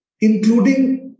including